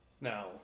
Now